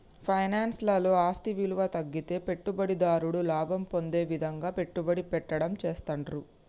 finance లలో ఆస్తి విలువ తగ్గితే పెట్టుబడిదారుడు లాభం పొందే విధంగా పెట్టుబడి పెట్టడం చేస్తాండ్రు